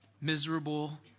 miserable